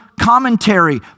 commentary